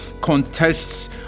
contests